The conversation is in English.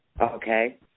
Okay